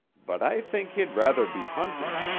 but i think he'd rather be hunted.